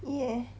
ya